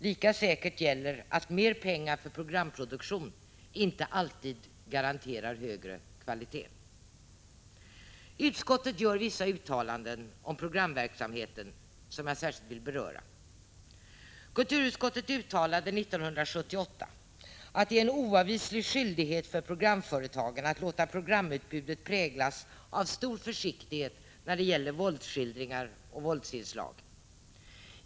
Lika säkert gäller att mera pengar för programproduktion inte alltid garanterar högre kvalitet. Utskottet gör vissa uttalanden om programverksamheten, som jag särskilt vill beröra. Kulturutskottet uttalade 1978 att det är en oavvislig skyldighet för programföretagen att låta programutbudet präglas av stor försiktighet när det gäller våldsskildringar och våldsinslag.